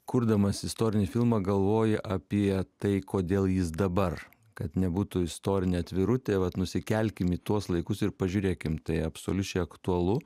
kurdamas istorinį filmą galvoji apie tai kodėl jis dabar kad nebūtų istorinė atvirutė vat nusikelkim į tuos laikus ir pažiūrėkim tai absoliučiai aktualu